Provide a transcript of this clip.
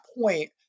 point